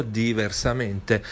diversamente